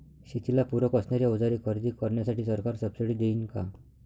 शेतीला पूरक असणारी अवजारे खरेदी करण्यासाठी सरकार सब्सिडी देईन का?